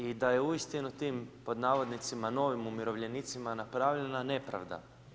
I da je uistinu tim „novim umirovljenicima“ napravljena nepravda.